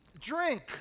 drink